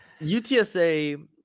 UTSA